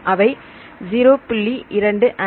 அவை 0